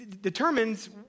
determines